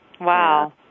Wow